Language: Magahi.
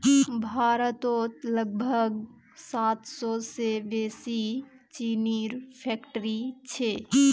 भारतत लगभग सात सौ से बेसि चीनीर फैक्ट्रि छे